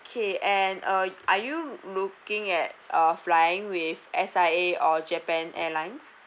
okay and uh are you looking at uh flying with S_I_A or japan airlines